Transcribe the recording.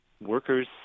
workers